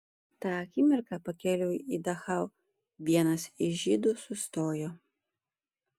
tą akimirką pakeliui į dachau vienas iš žydų sustojo